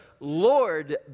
Lord